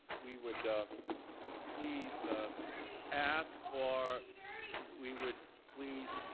we would please ask for we would please